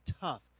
tough